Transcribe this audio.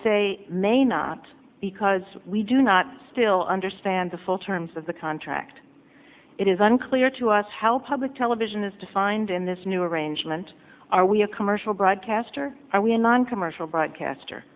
say may not because we do not still understand and the full terms of the contract it is unclear to us how public television is defined in this new arrangement are we a commercial broadcaster are we a noncommercial broadcaster